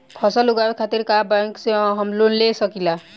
फसल उगावे खतिर का बैंक से हम लोन ले सकीला?